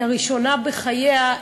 לראשונה בחייה,